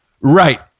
right